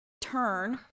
turn